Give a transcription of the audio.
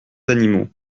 animaux